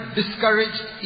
discouraged